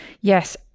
yes